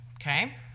okay